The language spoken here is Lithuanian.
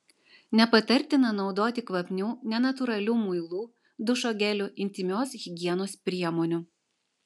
nepatartina naudoti kvapnių nenatūralių muilų dušo gelių intymios higienos priemonių